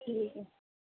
ٹھیک ہے